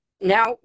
Now